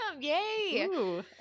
yay